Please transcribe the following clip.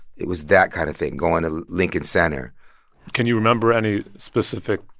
it was that kind of thing going to lincoln center can you remember any specific,